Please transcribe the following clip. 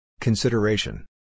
Consideration